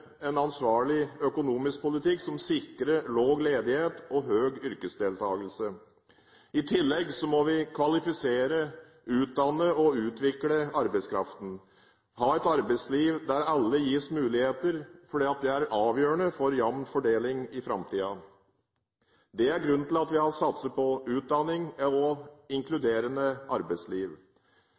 en ansvarlig økonomisk politikk som sikrer lav ledighet og høy yrkesdeltakelse. I tillegg må vi kvalifisere, utdanne og utvikle arbeidskraften og ha et arbeidsliv der alle gis muligheter, for det er avgjørende for jevn fordeling i framtiden. Det er grunnen til at vi har satset på utdanning og et inkluderende arbeidsliv.